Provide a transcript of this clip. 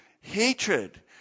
hatred